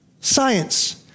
Science